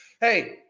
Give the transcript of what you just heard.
Hey